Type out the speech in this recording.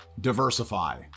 diversify